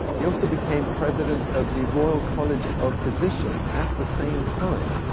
he also became president of the royal college of physicians, at the same time,